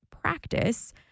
practice